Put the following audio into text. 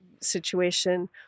situation